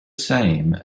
same